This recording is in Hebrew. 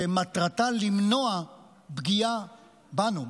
שמטרתה למנוע פגיעה בנו,